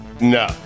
No